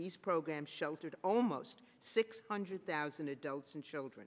these programs sheltered almost six hundred thousand adults and children